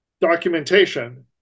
documentation